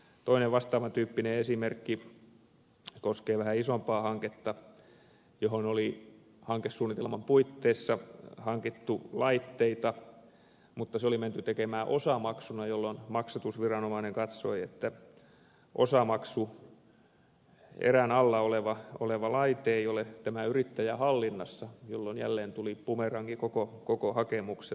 toinen vastaavan tyyppinen esimerkki koskee vähän isompaa hanketta johon oli hankesuunnitelman puitteissa hankittu laitteita mutta se oli menty tekemään osamaksuna jolloin maksatusviranomainen katsoi että osamaksuerän alla oleva laite ei ole tämän yrittäjän hallinnassa jolloin jälleen tuli bumerangi koko hakemukselle